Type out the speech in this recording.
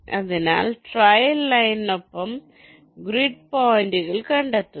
അതിനാൽ ട്രയൽ ലൈനിനൊപ്പം ഗ്രിഡ് പോയിന്റുകൾ കണ്ടെത്തുന്നു